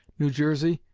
new jersey,